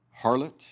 harlot